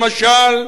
למשל,